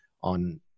on